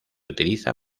utiliza